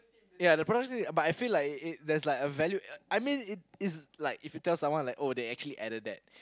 ya the production but I feel like it there's like a value I mean it is if you tell someone they actually added that